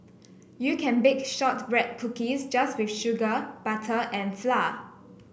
you can bake shortbread cookies just with sugar butter and flour